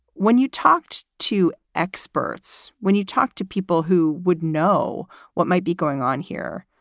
when you talked to experts, when you talked to people who would know what might be going on here,